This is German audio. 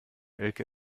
elke